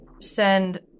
send